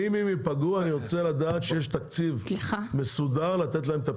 אם הם ייפגעו אני רוצה לדעת שיש תקציב מסודר לתת להם את הפיצוי,